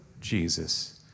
Jesus